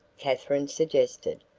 katherine suggested.